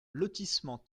lotissement